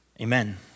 Amen